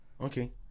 Okay